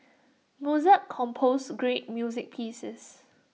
Mozart composed great music pieces